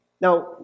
Now